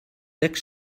lecks